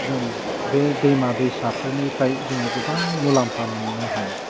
जोङो बे दैमा दैसाफोरनिफ्राय जोङो गोबां मुलाम्फा मोन्नो हायो